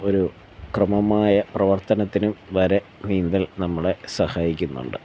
ഒരു ക്രമമായ പ്രവർത്തനത്തിനും വരെ നീന്തൽ നമ്മളെ സഹായിക്കുന്നുണ്ട്